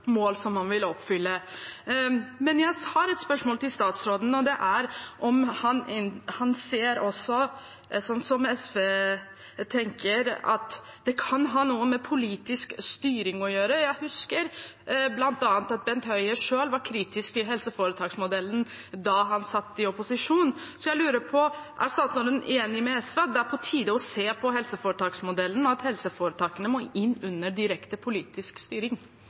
mål man vil nå. Jeg har et spørsmål til statsråden, og det er: Tenker også han, som SV gjør, at det kan ha noe med politisk styring å gjøre? Jeg husker bl.a. at Bent Høie selv var kritisk til helseforetaksmodellen da han satt i opposisjon. Så jeg lurer på: Er statsråden enig med SV i at det er på tide å se på helseforetaksmodellen, og at helseforetakene må inn under direkte politisk styring?